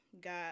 got